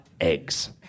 eggs